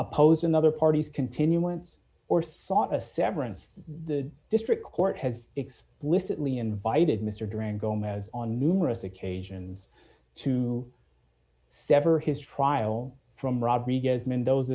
oppose another party's continuance or sought a severance the district court has explicitly invited mr duran gomez on numerous occasions to sever his trial from rodriguez mendoza